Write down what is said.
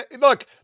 look